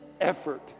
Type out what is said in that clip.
effort